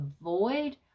avoid